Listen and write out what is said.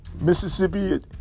Mississippi